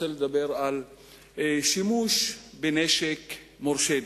רוצה לדבר על שימוש בנשק מורשה דווקא,